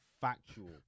Factual